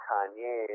Kanye